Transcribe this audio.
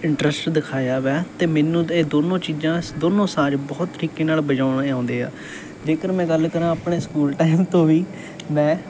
interest ਦਿਖਾਇਆ ਹੈ ਅਤੇ ਮੈਨੂੰ ਇਹ ਦੋਨੋਂ ਚੀਜ਼ਾਂ ਦੋਨੋਂ ਸਾਜ਼ ਬਹੁਤ ਤਰੀਕੇ ਨਾਲ ਵਜਾਉਣੇ ਆਉਂਦੇ ਆ ਜੇਕਰ ਮੈਂ ਗੱਲ ਕਰਾਂ ਆਪਣੇ ਸਕੂਲ ਟਾਈਮ ਤੋਂ ਵੀ ਮੈਂ